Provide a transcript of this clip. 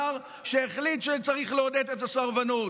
באיתמר שהחליט שצריך לעודד את הסרבנות,